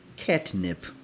Catnip